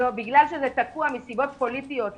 בגלל שזה תקוע מסיבות פוליטיות למעלה,